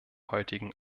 heutigen